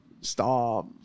Stop